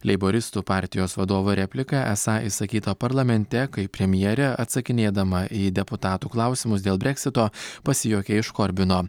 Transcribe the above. leiboristų partijos vadovo replika esą išsakyta parlamente kai premjerė atsakinėdama į deputatų klausimus dėl breksito pasijuokė iš korbino